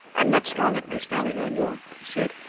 i'm not strong at my spelling, i know, he said,